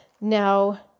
Now